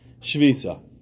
shvisa